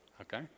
Okay